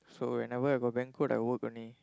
so whenever I got banquet I work only